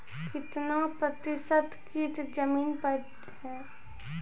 कितना प्रतिसत कीट जमीन पर हैं?